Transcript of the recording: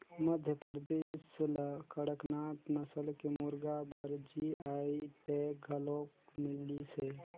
मध्यपरदेस ल कड़कनाथ नसल के मुरगा बर जी.आई टैग घलोक मिलिसे